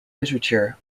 literature